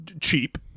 cheap